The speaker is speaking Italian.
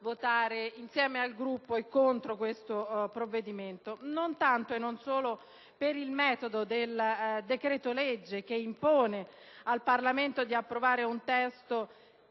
votare insieme al Gruppo e contro questo provvedimento non tanto e non solo per il metodo, cioè l'adozione di un decreto‑legge che impone al Parlamento di approvare un testo